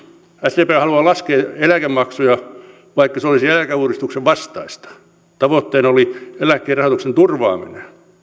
sdp haluaa laskea eläkemaksuja vaikka se olisi eläkeuudistuksen vastaista tavoitteena oli eläkkeiden rahoituksen turvaaminen